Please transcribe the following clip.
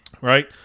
right